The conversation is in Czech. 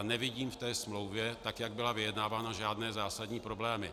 Nevidím v té smlouvě, jak byla vyjednávána, žádné zásadní problémy.